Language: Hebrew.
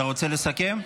אתה רוצה לסכם,